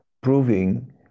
proving